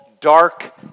dark